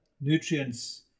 nutrients